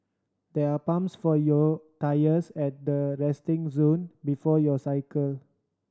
there are pumps for your tyres at the resting zone before you cycle